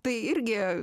tai irgi